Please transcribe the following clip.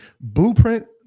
blueprint